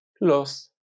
lost